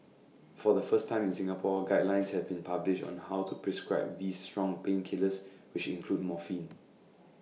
for the first time in Singapore guidelines have been published on how to prescribe these strong painkillers which include morphine